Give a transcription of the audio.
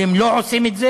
והם לא עושים את זה,